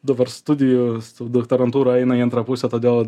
dabar studijos doktorantūra eina į antrą pusę todėl